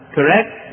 Correct